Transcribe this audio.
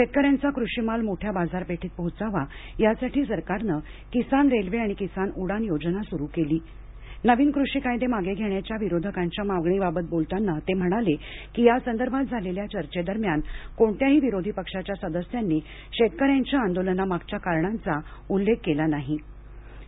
शेतकऱ्यांचा कृषी माल मोठ्या बाजारपेठेत पोहोचावा यासाठी सरकारनं किसान रेल्वे आणि किसान उडान योजना सुरू केली नवीन कृषी कायदे मागे घेण्याच्या विरोधकांच्या मागणीबाबत बोलताना ते म्हणाले की या संदर्भात झालेल्या चर्चे दरम्यान कोणत्याही विरोधी पक्षाच्या सदस्यांनी शेतकऱ्यांच्या आंदोलनामागच्या कारणांचा उल्लेख केला नाही असं मोदी म्हणाले